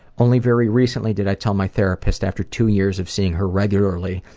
only very recently did i tell my therapist after two years of seeing her regularly,